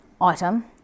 item